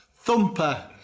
Thumper